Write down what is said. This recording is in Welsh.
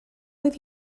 oedd